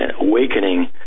awakening